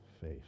faith